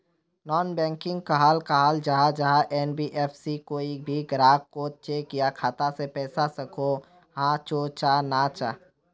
Non banking कहाक कहाल जाहा जाहा एन.बी.एफ.सी की कोई भी ग्राहक कोत चेक या खाता से पैसा सकोहो, हाँ तो चाँ ना चाँ?